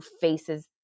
faces